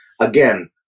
Again